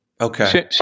Okay